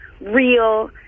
real